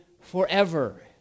forever